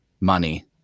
money